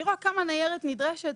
אני רואה כמה ניירת נדרשת.